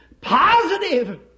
positive